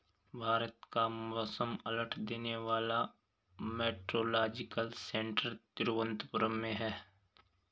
भारत का मौसम अलर्ट देने वाला मेट्रोलॉजिकल सेंटर तिरुवंतपुरम में है